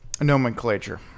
nomenclature